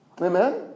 Amen